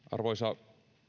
arvoisa